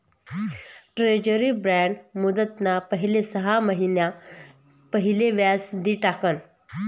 treasury bond मुदतना पहिले सहा महिना पहिले व्याज दि टाकण